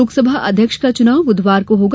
लोकसभा अध्यक्ष का चुनाव ब्धवार को होगा